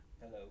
Hello